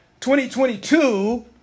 2022